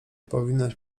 powinnaś